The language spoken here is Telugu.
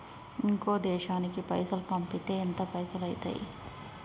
ఇంకో దేశానికి పైసల్ పంపితే ఎంత పైసలు అయితయి?